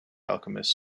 alchemist